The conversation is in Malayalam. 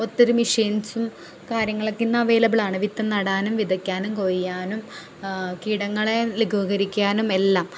ഒത്തിരി മെഷീൻസും കാര്യങ്ങളൊക്കെ ഇന്ന് അവൈലബിൾ ആണ് വിത്ത് നടാനും വിതയ്ക്കാനും കൊയ്യാനും കീടങ്ങളെ ലഘൂകരിക്കാനും എല്ലാം